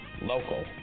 local